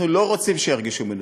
אנחנו לא רוצים שירגישו מנוצלים,